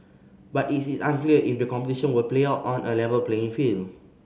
but it is unclear if the competition will play out on a level playing field